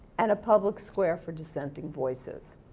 and a public square for dissenting voices.